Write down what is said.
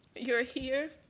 you're here